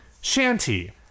shanty